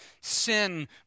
sin